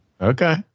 Okay